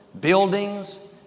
buildings